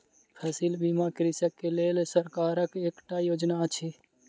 फसिल बीमा कृषक के लेल सरकारक एकटा योजना अछि